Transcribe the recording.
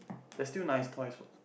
there's still nice toys what